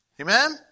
Amen